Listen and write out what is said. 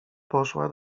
poszła